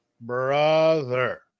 Brother